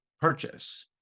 purchase